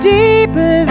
deeper